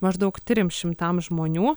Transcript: maždaug trims šimtams žmonių